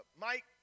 Mike